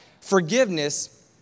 Forgiveness